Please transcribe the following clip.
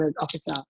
officer